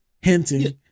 hinting